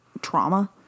trauma